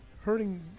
hurting